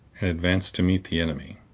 and advanced to meet the enemy.